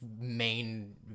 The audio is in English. main